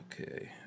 okay